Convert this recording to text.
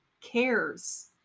cares